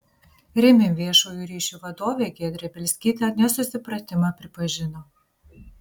rimi viešųjų ryšių vadovė giedrė bielskytė nesusipratimą pripažino